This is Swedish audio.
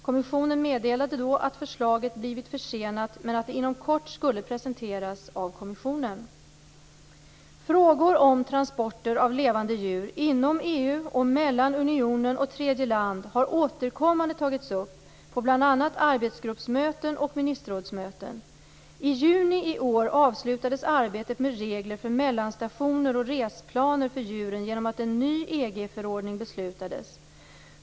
Kommissionen meddelade då att förslaget blivit försenat men att det inom kort skulle presenteras av kommissionen. och mellan unionen och tredje land, har återkommande tagits upp på bl.a. arbetsgruppsmöten och ministerrådsmöten. I juni i år avslutades arbetet med regler för mellanstationer och resplaner för djuren genom att en ny EG-förordning beslutades.